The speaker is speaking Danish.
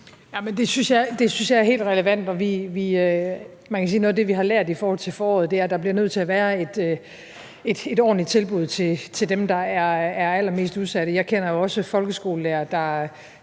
det synes jeg er helt relevant, og man kan sige, at noget af det, vi har lært i forhold til foråret, er, at der bliver nødt til at være et ordentligt tilbud til dem, der er allermest udsatte. Jeg kender jo også folkeskolelærere, der